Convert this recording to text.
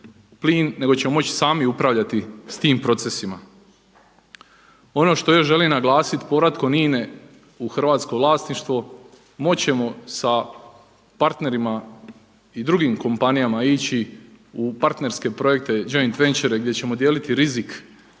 nego ćemo moći sami upravljati s tim procesima. Ono što još želim naglasiti povratkom INA-e u hrvatsko vlasništvo moći ćemo sa partnerima i drugim kompanijama ići u partnerske projekte joint venture gdje ćemo dijeliti rizik